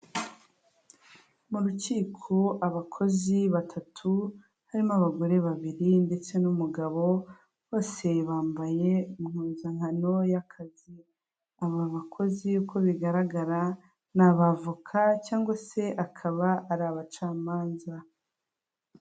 Mu rukiko abakozi batatu harimo abagore babiri ndetse n'umugabo bose bambaye impuzankano y'akazi, aba bakozi uko bigaragara ni abavoka cyangwa se akaba ari abacamanza.